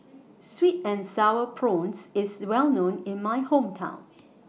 Sweet and Sour Prawns IS Well known in My Hometown